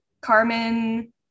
Carmen